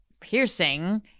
piercing